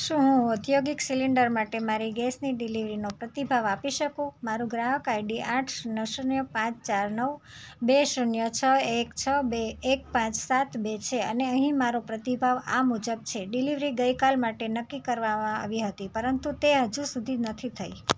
શું હું ઔદ્યોગિક સિલિન્ડર માટે મારી ગેસની ડિલિવરીનો પ્રતિભાવ આપી શકું મારું ગ્રાહક આઈડી આઠ શૂન્ય શૂન્ય પાંચ ચાર નવ બે શૂન્ય છ એક છ બે એક પાંચ સાત બે છે અને અહીં મારો પ્રતિભાવ આ મુજબ છે ડિલિવરી ગઈકાલ માટે નક્કી કરવામાં આવી હતી પરંતુ તે હજુ સુધી નથી થઈ